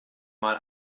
mal